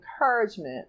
encouragement